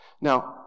Now